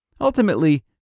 Ultimately